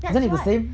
that's why